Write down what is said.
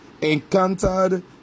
encountered